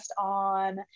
on